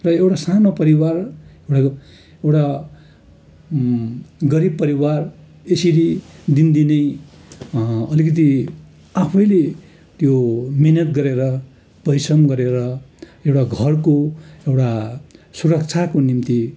र एउटा सानो परिवार र एउटा गरिब परिवार यसरी दिनदिनै अलिकति आफैले त्यो मिहिनेत गरेर परिश्रम गरेर एउटा घरको एउटा सुरक्षाको निम्ति